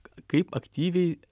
kaip aktyviai